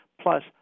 plus